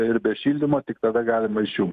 ir be šildymo tik tada galima išjungt